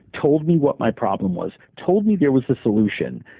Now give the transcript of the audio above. told me what my problem was, told me there was a solution,